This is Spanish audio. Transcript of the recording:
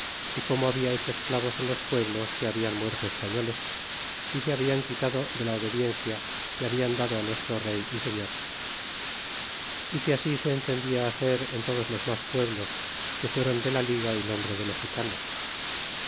y como habla hecho esclavos en los pueblos que hablan muerto españoles y se habian quitado de la obediencia que habian dado nuestro rey y señor y que así se entendia hacer en todos los mas pueblos que fuéron de la liga y nombre de mexicanos